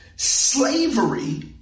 Slavery